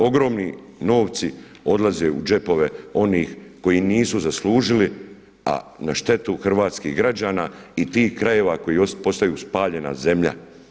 Ogromni novci odlaze u džepove onih koji nisu zaslužili a na štetu hrvatskih građana i tih krajeva koji postaju spaljena zemlja.